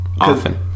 often